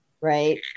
right